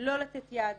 לא לתת יד